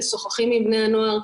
משוחחים עם בני הנוער,